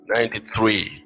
Ninety-three